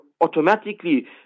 automatically